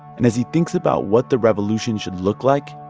and as he thinks about what the revolution should look like,